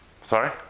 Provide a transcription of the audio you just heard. Sorry